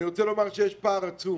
יש פער עצום